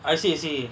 I see I see